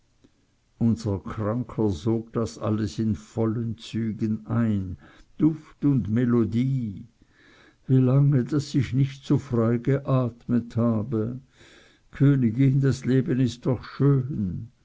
unser kranker sog das alles in vollen zügen ein duft und melodie wie lange daß ich nicht so frei geatmet habe königin das leben ist doch schön